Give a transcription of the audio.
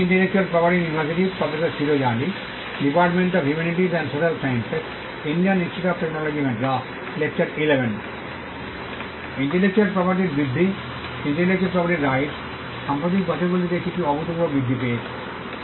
intellectual প্রপার্টির বৃদ্ধি intellectual property rights সাম্প্রতিক বছরগুলিতে কিছু অভূতপূর্ব বৃদ্ধি পেয়েছে